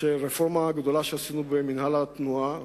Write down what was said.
של רפורמה גדולה שעשינו במינהל התנועה,